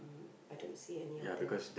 I don't see any of them